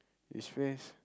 his face